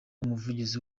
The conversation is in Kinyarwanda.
umuvugizi